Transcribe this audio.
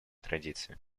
традиции